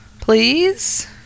please